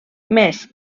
més